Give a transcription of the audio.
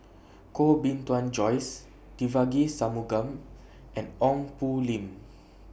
Koh Bee Tuan Joyce Devagi Sanmugam and Ong Poh Lim